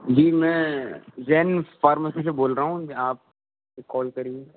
جی میں زین فارمیسی سے بول رہا ہوں آپ کال کریے